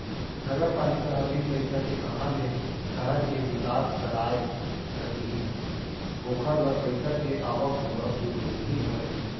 नगरपालिका ह बिन पइसा के काँहा ले सहर के बिकास कराय सकही ओखर बर पइसा के आवक घलौ तो जरूरी हवय